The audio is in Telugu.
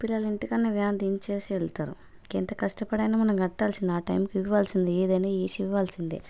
పిల్లలు ఇంటికన్నా వ్యాన్ దించేసి వెళ్తారు ఇక ఎంత కష్టపడైనా మనం కట్టాల్సింది ఆ టైంకి ఇవ్వాల్సింది ఏదైనా ఈసి ఇవ్వాల్సిందే